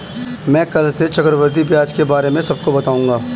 मैं कल से चक्रवृद्धि ब्याज के बारे में सबको बताऊंगा